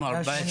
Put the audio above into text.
עם 14